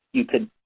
you could